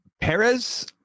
Perez